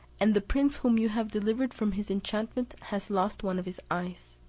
and the prince whom you have delivered from his enchantment has lost one of his eyes.